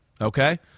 okay